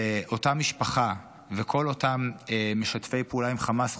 ואותה משפחה וכל אותם משתפי פעולה עם חמאס חוסלו,